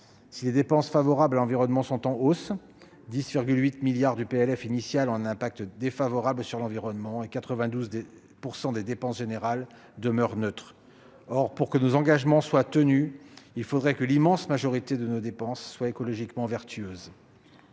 Si les dépenses en faveur de l'environnement sont en hausse, 10,8 milliards d'euros du projet de loi de finances initial ont des effets défavorables sur l'environnement et 92 % des dépenses générales demeurent neutres. Or, pour que nos engagements soient tenus, il faudrait que l'immense majorité de nos dépenses soient écologiquement vertueuses.